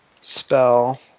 spell